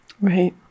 Right